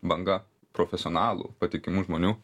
banga profesionalų patikimų žmonių